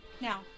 Now